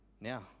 Now